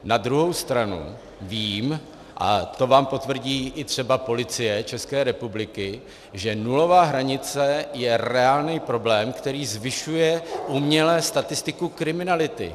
Na druhou stranu vím, a to vám potvrdí i třeba i Policie ČR, že nulová hranice je reálný problém, který zvyšuje uměle statistiku kriminality.